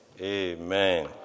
amen